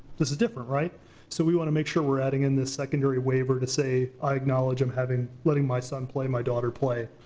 this is different. so we want to make sure we're adding in this secondary waiver to say, i acknowledge i'm having, letting my son play, my daughter play,